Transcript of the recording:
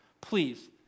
Please